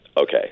Okay